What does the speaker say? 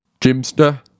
Jimster